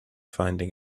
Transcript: finding